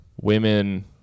women